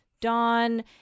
Dawn